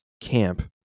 camp